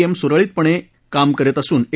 M सुरळीतपणे काम करीत असून ए